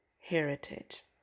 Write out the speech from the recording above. heritage